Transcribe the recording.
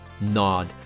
nod